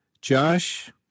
Josh